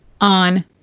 on